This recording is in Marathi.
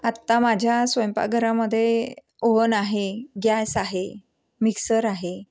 आत्ता माझ्या स्वयंपाकघरामध्ये ओव्हन आहे गॅस आहे मिक्सर आहे